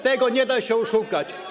Tego nie da się oszukać.